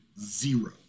zero